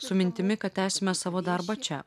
su mintimi kad tęsime savo darbą čia